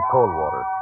Coldwater